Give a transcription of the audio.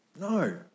no